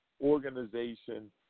organization